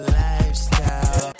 lifestyle